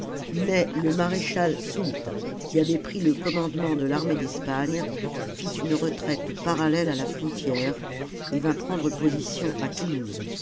mais le maréchal soult qui avait pris le commandement de l'armée d'espagne fit une retraite parallèle à la frontière et vint prendre position à toulouse